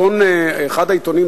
אחד העיתונים,